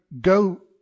go